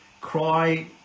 cry